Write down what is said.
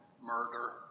murder